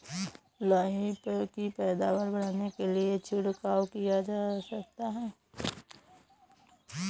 लाही की पैदावार बढ़ाने के लिए क्या छिड़काव किया जा सकता है?